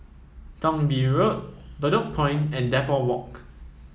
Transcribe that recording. Thong Bee Road Bedok Point and Depot Walk